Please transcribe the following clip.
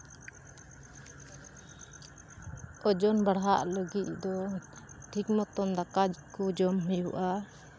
ᱳᱡᱳᱱ ᱵᱟᱲᱦᱟᱜ ᱞᱟᱹᱜᱤᱫ ᱫᱚ ᱴᱷᱤᱠ ᱢᱚᱛᱚᱱ ᱫᱟᱠᱟ ᱠᱚ ᱡᱚᱢ ᱦᱩᱭᱩᱜᱼᱟ